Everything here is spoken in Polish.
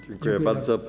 Dziękuję bardzo.